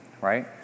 right